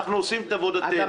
אנחנו עושים את עבודתנו.